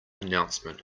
announcement